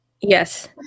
Yes